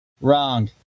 Wrong